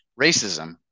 racism